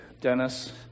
Dennis